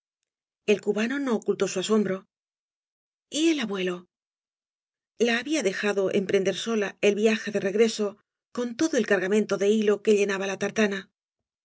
el cubano no ocultó su asombro y el abuelo la había dejado emprender sola el viaje de regreso con todo el cargamento de hilo que llenaba la tartana